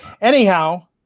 anyhow